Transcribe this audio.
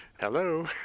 hello